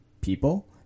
people